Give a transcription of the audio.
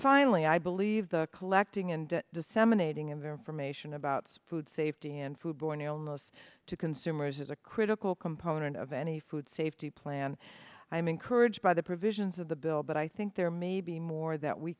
finally i believe the collecting and disseminating of information about food safety and food borne illness to consumers is a critical component of any food safety plan i'm encouraged by the provisions of the bill but i think there may be more that we